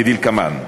כדלקמן: